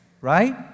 Right